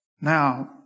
now